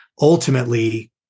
Ultimately